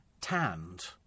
Tanned